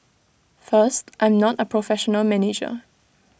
first I'm not A professional manager